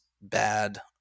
bad